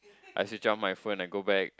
I switched off my phone and go back